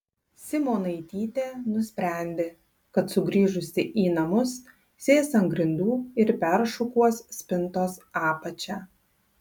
simonaitytė nusprendė kad sugrįžusi į namus sės ant grindų ir peršukuos spintos apačią